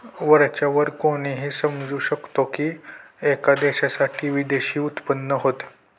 वरच्या वर कोणीही समजू शकतो की, एका देशासाठी विदेशी उत्पन्न होत